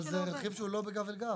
אבל זה רכיב שהוא לא בגב אל גב.